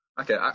Okay